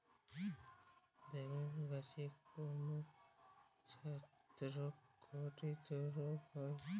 বেগুন গাছে কোন ছত্রাক ঘটিত রোগ হয়?